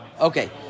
Okay